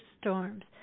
storms